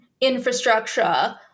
infrastructure